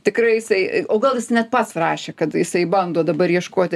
tikrai jisai o gal jis net pats rašė kad jisai bando dabar ieškoti